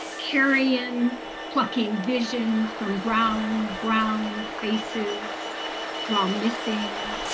carrion plucking vision from round brown faces draw missing,